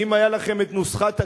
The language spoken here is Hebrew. שאם היתה לכם נוסחת הקסם,